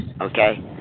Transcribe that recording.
Okay